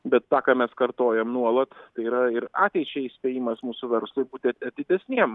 bet tą ką mes kartojam nuolat tai yra ir ateičiai įspėjimas mūsų verslui būti atidesniem